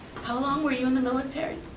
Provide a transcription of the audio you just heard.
how long were you in the military?